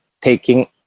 taking